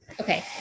okay